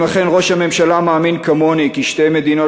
אם אכן ראש הממשלה מאמין כמוני כי שתי מדינות